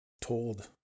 told